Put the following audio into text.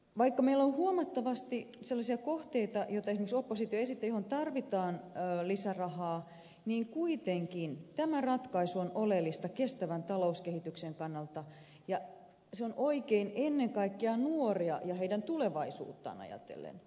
vaikka meillä on huomattavasti sellaisia kohteita joita esimerkiksi oppositio esittää ja joihin tarvitaan lisärahaa niin kuitenkin tämä ratkaisu on oleellinen kestävän talouskehityksen kannalta ja se on oikein ennen kaikkea nuoria ja heidän tulevaisuuttaan ajatellen